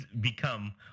become